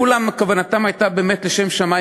כולם כוונתם הייתה לשם שמים,